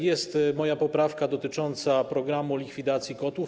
Jest moja poprawka dotycząca programu likwidacji kotłów.